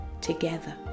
together